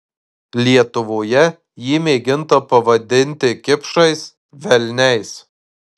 lietuvoje jį mėginta pavadinti kipšais velniais